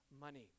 money